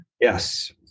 Yes